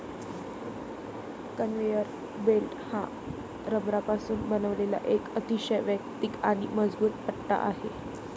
conveyor belt हा रबरापासून बनवलेला एक अतिशय वैयक्तिक आणि मजबूत पट्टा आहे